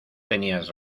tenías